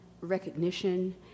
recognition